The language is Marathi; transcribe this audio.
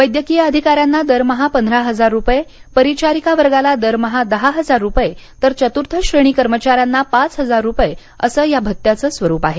वैद्यकीय अधिकाऱ्यांना दरमहा पंधरा हजार रुपये परिचारिका वर्गाला दरमहा दहा हजार रुपये तर चत्र्थश्रेणी कर्मचाऱ्यांना पाच हजार रुपये असं या भत्त्याचं स्वरूप आहे